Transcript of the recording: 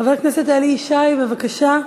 חבר הכנסת אלי ישי, בבקשה,